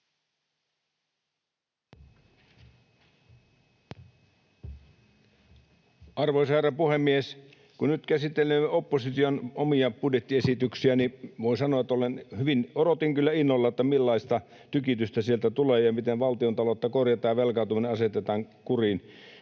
Arvoisa herra puhemies! Kun nyt käsitellään opposition omia budjettiesityksiä, niin odotin kyllä innolla, millaista tykitystä sieltä tulee ja miten valtiontaloutta korjataan ja velkaantuminen asetetaan kuriin,